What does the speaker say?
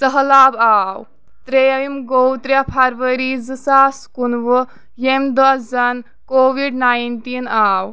سہلاب آو ترٛیٚیِم گوو ترٛےٚ فرؤری زٕ ساس کُنہٕ وُہ ییٚمہِ دۄہ زن کووِڈ ناینٹیٖن آو